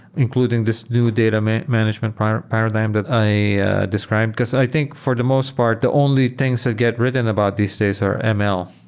including this new data and management paradigm that i described, because i think for the most part, the only things that get written about these days are and ml,